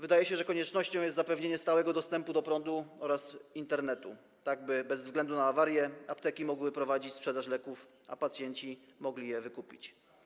Wydaje się, że koniecznością jest zapewnienie stałego dostępu do prądu oraz Internetu, tak by bez względu na awarie apteki mogły prowadzić sprzedaż leków, a pacjenci mogli je wykupić.